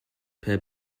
per